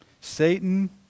Satan